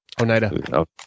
Oneida